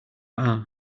are